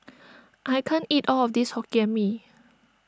I can't eat all of this Hokkien Mee